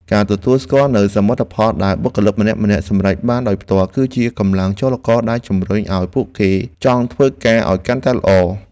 ការទទួលស្គាល់នូវសមិទ្ធផលដែលបុគ្គលិកម្នាក់ៗសម្រេចបានដោយផ្ទាល់ គឺជាកម្លាំងចលករដែលជំរុញឱ្យពួកគេចង់ធ្វើការឱ្យកាន់តែល្អ។